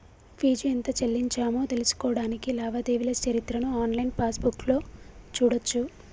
fee ఎంత చెల్లించామో తెలుసుకోడానికి లావాదేవీల చరిత్రను ఆన్లైన్ పాస్బుక్లో చూడచ్చు